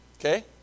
Okay